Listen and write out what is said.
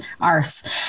arse